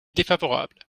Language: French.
défavorable